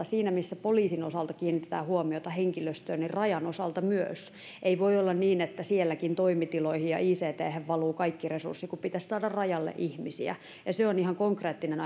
siinä missä poliisin osalta kiinnitetään huomiota henkilöstöön niin rajan osalta tehdään niin myös ei voi olla niin että sielläkin toimitiloihin ja icthen valuvat kaikki resurssit kun pitäisi saada rajalle ihmisiä ajattelen itse että se on ihan konkreettinen